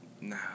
nah